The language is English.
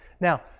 Now